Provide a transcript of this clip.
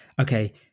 okay